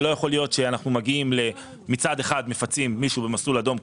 שלא יכול להיות שמצד אחד מפצים מישהו במסלול אדום,